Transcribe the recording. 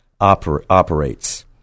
operates